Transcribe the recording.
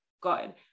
Good